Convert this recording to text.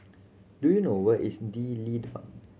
do you know where is D'Leedon